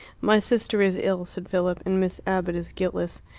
my sister is ill, said philip, and miss abbott is guiltless.